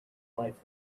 life